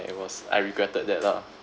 I was I regretted that lah